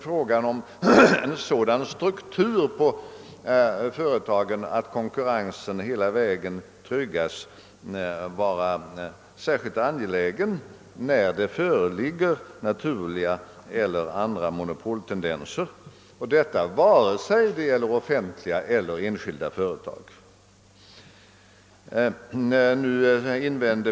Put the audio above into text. Frågan om en sådan struktur på företagen att konkurrensen hela vägen tryggas är särskilt angelägen när det föreligger naturliga eller andra monopoltendenser, detta vare sig det gäller offentliga eller enskilda företag.